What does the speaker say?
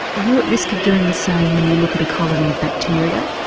you at risk of doing the same when you look at a colony of bacteria?